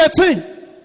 18